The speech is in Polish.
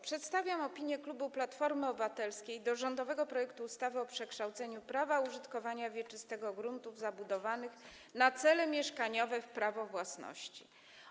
Przedstawiam opinię klubu Platformy Obywatelskiej wobec rządowego projektu ustawy o przekształceniu prawa użytkowania wieczystego gruntów zabudowanych na cele mieszkaniowe w prawo własności gruntów.